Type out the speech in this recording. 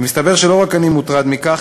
ומסתבר שלא רק אני מוטרד מכך,